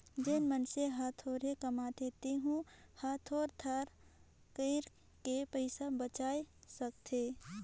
जेन मइनसे हर थोरहें कमाथे तेहू हर थोर थोडा कइर के पइसा बचाय सकथे